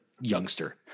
youngster